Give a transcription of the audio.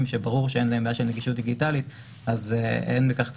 שברור שאין להם נגישות דיגיטלית אז אין בכך צורך.